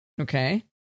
Okay